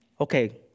Okay